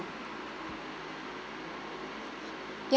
ya